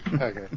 Okay